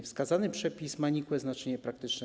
Wskazany przepis ma nikłe znaczenie praktyczne.